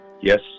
Yes